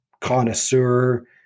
connoisseur